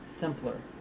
simpler